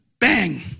Bang